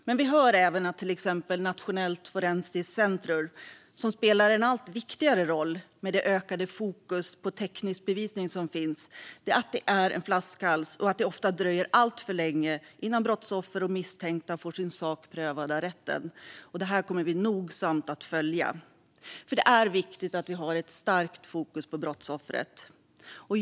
Men vi hör även till exempel att Nationellt forensiskt centrum, som spelar en allt viktigare roll med det ökade fokus på teknisk bevisning som finns, är en flaskhals och att det ofta dröjer alltför länge innan brottsoffer och misstänkta får sin sak prövad av rätten. Detta kommer vi nogsamt att följa, för det är viktigt att vi har ett starkt fokus på brottsoffret.